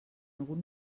algun